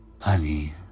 honey